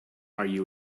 argue